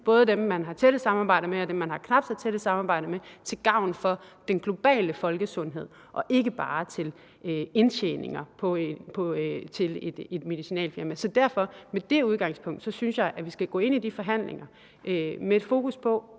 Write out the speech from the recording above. både dem, man har tætte samarbejder med, og dem, man har knap så tætte samarbejder med, til gavn for den globale folkesundhed og ikke bare til gavn for indtjeningen i et medicinalfirma. Så med det udgangspunkt synes jeg at vi skal gå ind i de forhandlinger med et fokus på